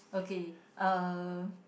okay uh